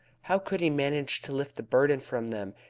how could he manage to lift the burden from them,